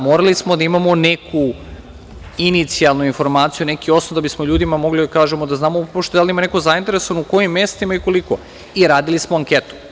Morali smo da imamo neku inicijalnu informaciju, neki osnov, da bismo ljudima mogli da kažemo u šta se upuštamo, da li ima neko zainteresovan, u kojim mestima i koliko, i radili smo anketu.